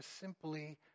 simply